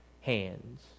hands